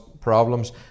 problems